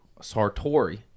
Sartori